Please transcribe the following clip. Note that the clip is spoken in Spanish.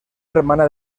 hermana